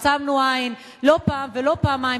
עצמנו עין לא פעם ולא פעמיים,